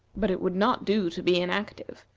but it would not do to be inactive.